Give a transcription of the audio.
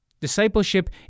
Discipleship